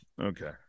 Okay